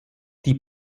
die